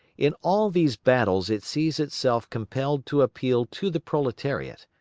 in all these battles it sees itself compelled to appeal to the proletariat,